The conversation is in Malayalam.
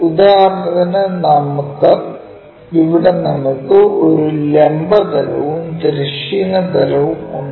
ഉദാഹരണത്തിന് ഇവിടെ നമുക്ക് ഈ ലംബ തലവും തിരശ്ചീന തലവും ഉണ്ട്